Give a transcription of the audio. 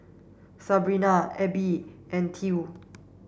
Sabina Elby and Ty